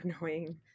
annoying